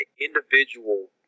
individual